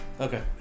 Okay